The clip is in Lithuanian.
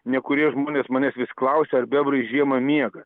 nekurie žmonės manęs vis klausia ar bebrai žiemą miega